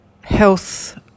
health